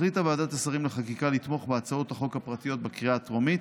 החליטה ועדת השרים לחקיקה לתמוך בהצעות החוק הפרטיות בקריאה הטרומית,